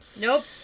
nope